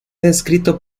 descrito